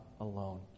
alone